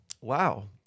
Wow